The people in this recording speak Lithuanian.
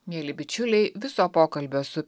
mieli bičiuliai viso pokalbio su